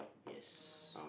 yes